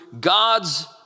God's